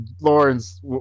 Lawrence